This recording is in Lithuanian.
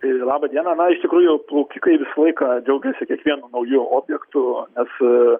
laba diena na iš tikrųjų plaukikai visą laiką džiaugiasi kiekvienu nauju objektu nes